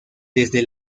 desde